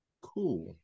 Cool